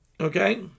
okay